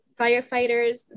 firefighters